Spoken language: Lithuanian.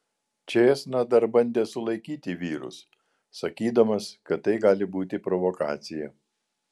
čėsna dar bandė sulaikyti vyrus sakydamas kad tai gali būti provokacija